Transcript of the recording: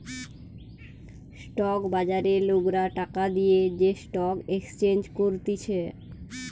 stock বাজারে লোকরা টাকা দিয়ে যে স্টক এক্সচেঞ্জ করতিছে